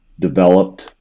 developed